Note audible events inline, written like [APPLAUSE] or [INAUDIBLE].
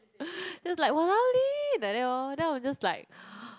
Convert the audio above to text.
[BREATH] just like !walao! Lynn like that lor then I was just like [NOISE]